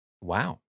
Wow